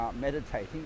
meditating